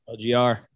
LGR